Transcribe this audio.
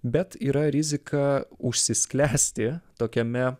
bet yra rizika užsisklęsti tokiame